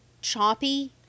choppy